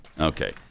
Okay